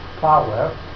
power